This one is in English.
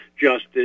justice